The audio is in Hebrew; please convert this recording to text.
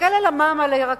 תסתכל על המע"מ על הירקות,